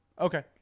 Okay